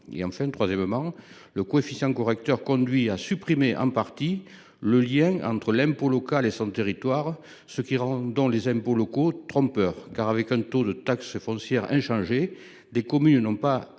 Enfin, le coefficient correcteur conduit à supprimer, en partie, le lien entre l’impôt local et son territoire, ce qui rend donc les impôts locaux trompeurs : avec un taux de taxe foncière inchangé, des communes n’ont pas le